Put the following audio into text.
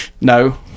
No